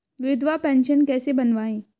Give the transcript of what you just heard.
विधवा पेंशन कैसे बनवायें?